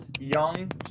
young